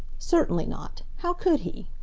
certainly not. how could he?